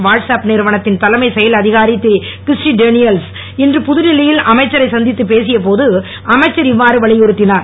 watts app நிறுவனத்தின் தலைமை செயல் அதிகாரி திரு கிறிஸ் டேனியல்ஸ் இன்று புதுடெல்லியில் அமைச்சரை சந்தித்துப் பேசிய போது அமைச்சர் இவ்வாறு வலியுறுத்தினார்